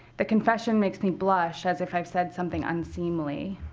the confession makes me blush, as if i've said something unseemly.